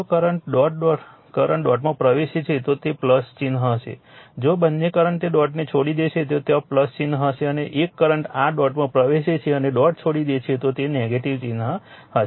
જો બંને કરંટ ડોટમાં પ્રવેશે છે તો તે ચિહ્ન હશે જો બંને કરંટ તે ડોટને છોડી દેશે તો ત્યાં ચિહ્ન હશે જો એક કરંટ r ડોટમાં પ્રવેશે છે અને ડોટ છોડી દે છે તો તે નેગેટિવ ચિહ્ન હશે